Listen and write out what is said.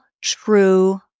true